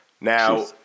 Now